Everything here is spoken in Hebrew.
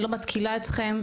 אני לא מתקילה אתכם,